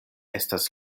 estas